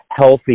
healthy